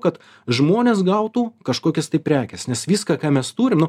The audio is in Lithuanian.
kad žmonės gautų kažkokias tai prekes nes viską ką mes turim nu